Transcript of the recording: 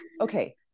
okay